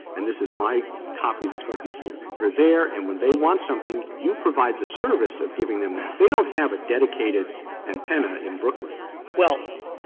and this is my copy that's going to be here. they're there, and when they want something, you provide the service of giving them that. they don't have a dedicated antenna in brooklyn. frederick well,